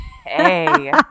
Hey